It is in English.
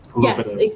Yes